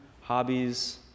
hobbies